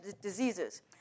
diseases